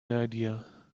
idea